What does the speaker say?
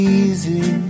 easy